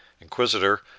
inquisitor